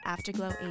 Afterglow